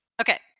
Okay